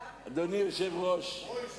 ידבר עם